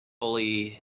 fully